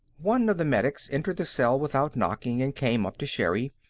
one of the medics entered the cell without knocking and came up to sherri.